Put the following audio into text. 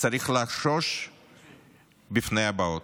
צריך לחשוש מפני הבאות.